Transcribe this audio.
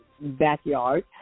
backyard